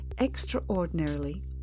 extraordinarily